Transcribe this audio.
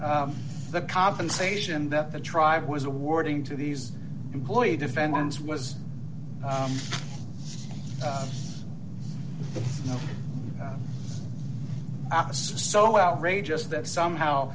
the compensation that the tribe was awarding to these employee defendants was asked so outrageous that somehow